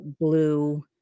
blue